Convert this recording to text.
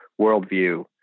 worldview